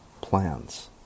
plans